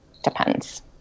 depends